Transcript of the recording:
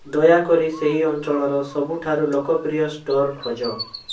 ଦୟାକରି ସେହି ଅଞ୍ଚଳର ସବୁଠାରୁ ଲୋକପ୍ରିୟ ଷ୍ଟୋର୍ ଖୋଜ